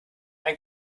ein